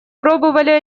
пробовали